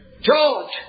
George